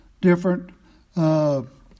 different